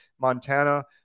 Montana